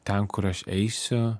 ten kur aš eisiu